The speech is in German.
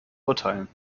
urteilen